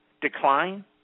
decline